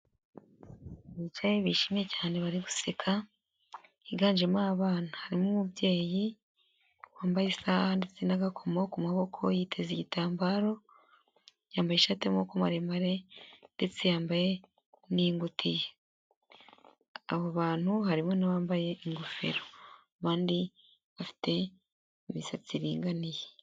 Bicaye bishimimye cyane bari guseka higanjemo abana, harimo umubyeyi wambaye isaha ndetse n'agakoma ku maboko yiteze igitambaro, yambaye ishati y'amaboko maremare ndetse yambaye n'ingutiya, abo bantu harimo n'uwambaye ingofero, abandi bafite imisatsi iringaniye.